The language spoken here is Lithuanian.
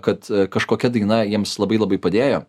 kad kažkokia daina jiems labai labai padėjo